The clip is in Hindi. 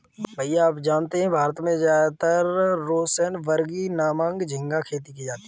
भैया आप जानते हैं भारत में ज्यादातर रोसेनबर्गी नामक झिंगा खेती की जाती है